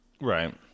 Right